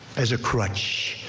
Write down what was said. as a crutch.